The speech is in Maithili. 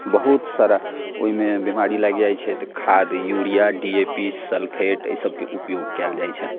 बहुत सारा ओहिमे बीमारी लागि जाइत छै तऽ खाद urea D A P sulphate अइ सबके उपयोग कएल जाइत छै